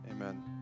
amen